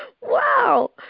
Wow